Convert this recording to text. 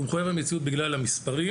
הוא מחויב המציאות בגלל המספרים,